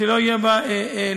שלא יהיו בה מפגעים,